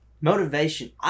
Motivation